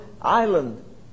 island